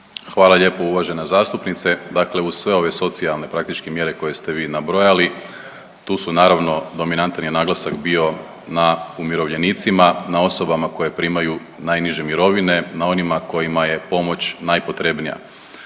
Hvala lijepo uvažena zastupnice. Dakle, uz sve ove socijalne praktički mjere koje ste vi nabrojali tu su naravno dominantan je naglasak bio na umirovljenicima, na osobama koje primaju najniže mirovine, na onima kojima je pomoć najpotrebnija.